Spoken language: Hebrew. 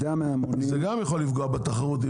זה גם יכול לפגוע בתחרות,